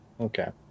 Okay